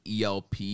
ELP